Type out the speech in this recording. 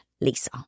Lisa